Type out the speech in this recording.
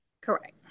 Correct